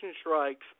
strikes